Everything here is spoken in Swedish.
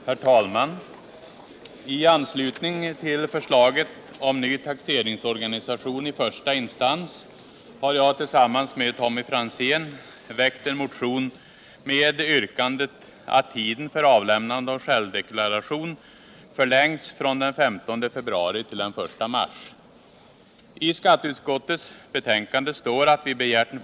Herr talman! I anslutning till förslaget om ny taxeringsorganisation i första instans har jag tillsammans med Tommy Franzén väckt en motion med yrkandet att tiden för avlämnande av självdeklaration förlängs från den 15 februari till den 1 mars. I skatteutskottets betänkande står att vi begärt en .